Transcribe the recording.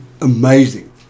amazing